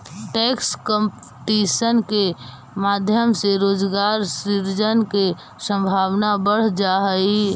tax competition के माध्यम से रोजगार सृजन के संभावना बढ़ जा हई